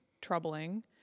troubling